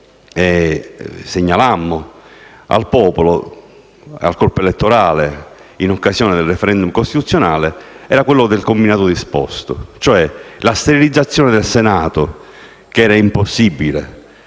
segnalammo al popolo e al corpo elettorale in occasione del *referendum* costituzionale, era quello del combinato disposto, cioè la sterilizzazione del Senato, che era impossibile